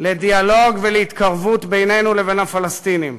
לדיאלוג ולהתקרבות בינינו לבין הפלסטינים.